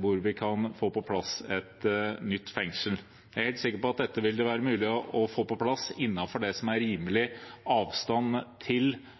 hvor vi kan få på plass et nytt fengsel. Jeg er helt sikker på at dette vil det være mulig å få på plass innenfor rimelig avstand til Oslo, med gode løsninger for det.